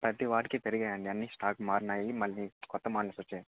ప్రది వాటికి పెరిగాయండి అన్ని స్టాక్ మారినాయి మళ్ళీ కొత్త మోడల్స్ వచ్చాయి